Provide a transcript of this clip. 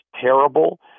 terrible